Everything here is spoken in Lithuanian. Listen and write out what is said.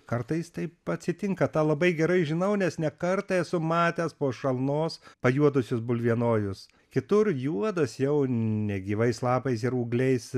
kartais taip atsitinka tą labai gerai žinau nes ne kartą esu matęs po šalnos pajuodusius bulvienojus kitur juodas jau negyvais lapais ūgliais